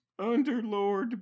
Underlord